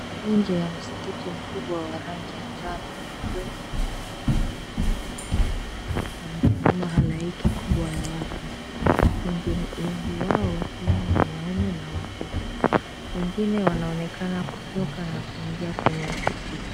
Nje ya msikiti mkubwa wa rangi ya njano dome kubwa ya rangi ya kijani pamesimama halaiki kubwa ya watu. Wengi wao wakiwemo wanaume na watoto. Wengine wanaonekana kutoka na kuingia kwenye msikiti.